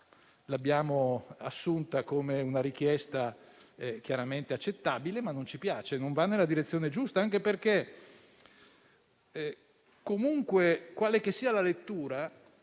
l'abbiamo assunta come una richiesta chiaramente accettabile, ma non ci piace. Riteniamo che non vada nella direzione giusta anche perché comunque, quale che sia la lettura,